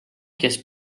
kes